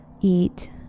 eat